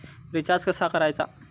Recharge कसा करायचा?